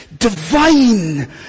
divine